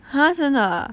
!huh! 真的 ah